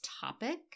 topic